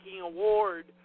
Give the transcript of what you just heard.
Award